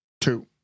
two